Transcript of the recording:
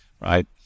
Right